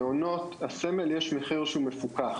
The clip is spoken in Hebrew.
למעונות הסמל יש מחיר שהוא מפוקח.